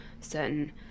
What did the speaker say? certain